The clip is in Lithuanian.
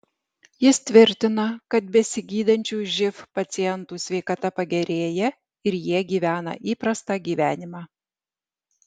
jis tvirtina kad besigydančių živ pacientų sveikata pagerėja ir jie gyvena įprastą gyvenimą